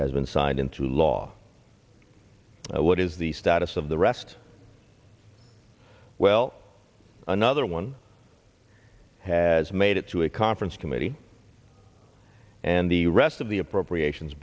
has been signed into law what is the status of the rest well another one has made it to a conference committee and the rest of the appropriations